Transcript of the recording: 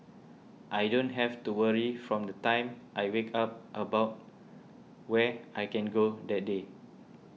I don't have to worry from the time I wake up about where I can go that day